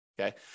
okay